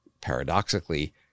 paradoxically